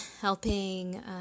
helping